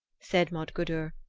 said modgudur,